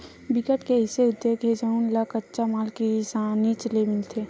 बिकट के अइसे उद्योग हे जउन ल कच्चा माल किसानीच ले मिलथे